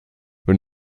wenn